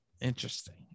Interesting